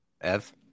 Ev